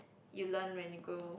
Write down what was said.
you learn when you grow